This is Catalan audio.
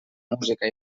música